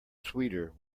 sweeter